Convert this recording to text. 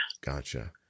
Gotcha